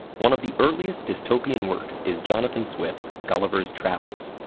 one of the earliest dystopian works is jonathan swift's gulliver's travels.